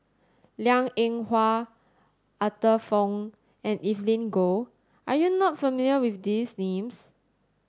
Liang Eng Hwa Arthur Fong and Evelyn Goh are you not familiar with these names